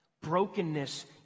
brokenness